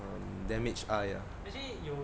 um damaged eye ah